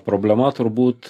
problema turbūt